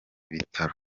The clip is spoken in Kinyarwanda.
bitaro